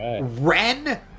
Ren